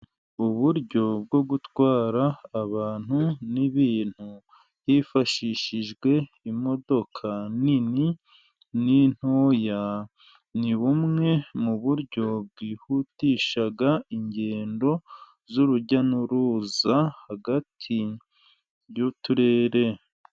Uburyo bwo gutwara abantu n'ibintu hifashishijwe imodoka nini n'intoya, ni bumwe mu buryo bwihutisha ingendo z'urujya n'uruza hagati y'uturere.